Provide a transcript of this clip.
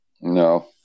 No